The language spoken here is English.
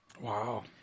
Wow